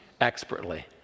expertly